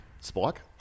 Spike